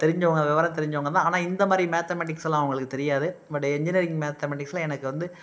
தெரிஞ்சவங்க விவரம் தெரிஞ்சவங்க தான் ஆனால் இந்த மாதிரி மேத்தமேட்டிக்ஸ் எல்லாம் அவங்களுக்கு தெரியாது பட் இன்ஜினியரிங் மேத்தமேட்டிக்ஸில் எனக்கு வந்து